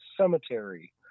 cemetery